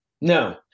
No